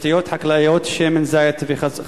תשתיות חקלאית, שמן זית וכיו"ב.